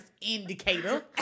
Indicator